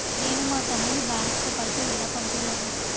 నేను మా తమ్ముని బ్యాంకుకు పైసలు ఎలా పంపియ్యాలి?